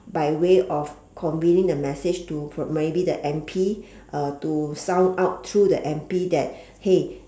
by way of conveying the message to from the maybe the M_P uh to sound out through the M_P that hey